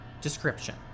Description